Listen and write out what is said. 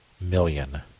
million